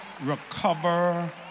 recover